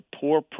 poor